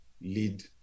lead